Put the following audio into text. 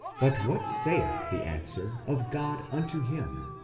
but what saith the answer of god unto him?